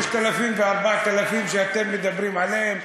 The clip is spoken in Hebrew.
3000 ו-4000 שאתם מדברים עליהם,